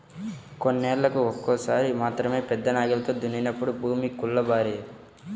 కొన్నేళ్ళకు ఒక్కసారి మాత్రమే పెద్ద నాగలితో దున్నినప్పుడు భూమి గుల్లబారేది